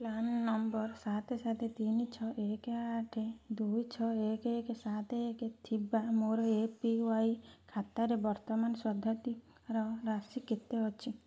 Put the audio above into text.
PRAN number ସାତ ସାତ ତିନି ଛଅ ଏକ ଆଠ ଦୁଇ ଛଅ ଏକ ଏକ ସାତ ଏକ ଥିବା ମୋର ଏ ପି ୱାଇ ଖାତାରେ ବର୍ତ୍ତମାନ ସ୍ୱତ୍ୱାଧିକାର ରାଶି କେତେ ଅଛି